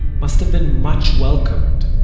must have been much welcomed.